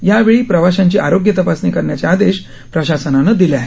यावेळी प्रवाशांची आरोग्य तपासणी करण्याचे आदेश प्रशासनानं दिले आहेत